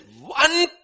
one